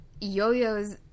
Yo-yos